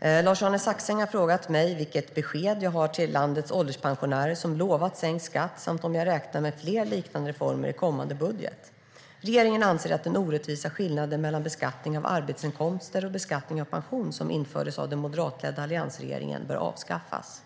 Lars-Arne Staxäng har frågat mig vilket besked jag har till landets ålderspensionärer som lovats sänkt skatt samt om jag räknar med fler liknande reformer i kommande budget. Regeringen anser att den orättvisa skillnaden mellan beskattningen av arbetsinkomster och beskattningen av pension som infördes av den moderatledda alliansregeringen bör avskaffas.